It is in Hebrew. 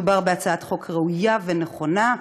מדובר בהצעת חוק ראויה ונכונה,